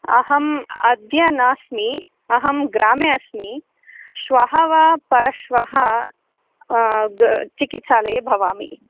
अहम् अद्य नास्मि अहं ग्रामे अस्मि श्वः वा परश्वः चिकित्सालये भवामि